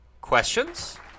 questions